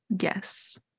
Yes